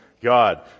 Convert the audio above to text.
God